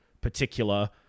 particular